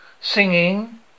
singing